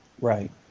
Right